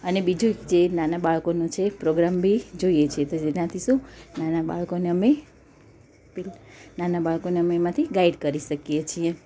અને બીજું જે નાના બાળકોનું છે પ્રોગ્રામ બી જોઈએ છે તે જેનાથી શું નાના બાળકોને અમે નાના બાળકોને અમે એમાંથી ગાઈડ કરી શકીએ છીએ